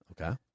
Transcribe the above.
Okay